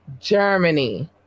germany